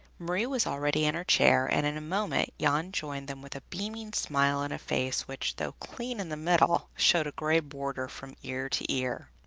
marie was already in her chair, and in a moment jan joined them with a beaming smile and a face which, though clean in the middle, showed a gray border from ear to ear.